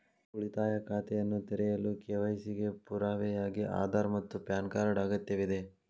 ಉಳಿತಾಯ ಖಾತೆಯನ್ನು ತೆರೆಯಲು ಕೆ.ವೈ.ಸಿ ಗೆ ಪುರಾವೆಯಾಗಿ ಆಧಾರ್ ಮತ್ತು ಪ್ಯಾನ್ ಕಾರ್ಡ್ ಅಗತ್ಯವಿದೆ